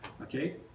Okay